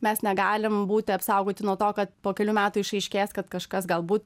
mes negalim būti apsaugoti nuo to kad po kelių metų išaiškės kad kažkas galbūt